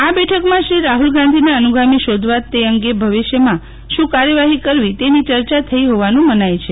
આ બેઠકમાં શ્રી રાહુલ ગાંધીના અનુગામા શોધવા તે અંગે ભવિષ્યમાં શું કાર્યવાહી કરવી તેની યર્યા થઈ હોવાનું મનાય છે